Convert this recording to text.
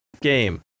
game